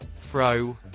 Throw